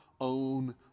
own